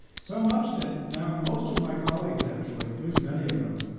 so much that now most of my colleagues actually, at least many of them,